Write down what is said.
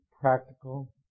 practical